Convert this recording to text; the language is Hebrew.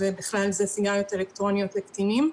ולכן יש כלי אכיפה רלוונטיים שקיימים כבר.